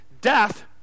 death